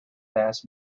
vast